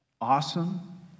awesome